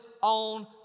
on